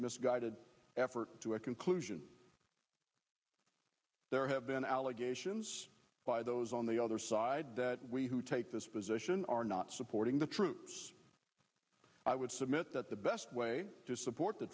misguided effort to a conclusion there have been allegations by those on the other side that we who take this position are not supporting the troops i would submit that the best way to support the